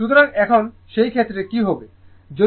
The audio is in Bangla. সুতরাং এখন সেই ক্ষেত্রে কী হবে